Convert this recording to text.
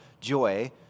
joy